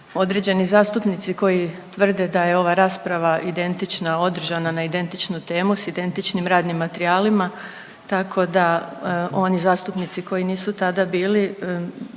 određeni zastupnici koji tvrde da je ova rasprava identična, održana na identičnu temu s identičnim radnim materijalima, tako da oni zastupnici koji nisu tada bili